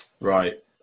Right